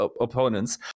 opponents